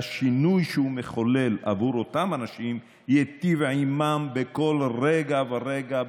שהשינוי שהוא מחולל עבור אותם אנשים ייטיב עימם בכל רגע ורגע,